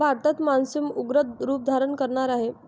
भारतात मान्सून उग्र रूप धारण करणार आहे